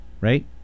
Right